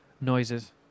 noises